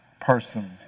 person